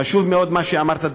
חשוב מאוד מה שאמרת,